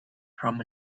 from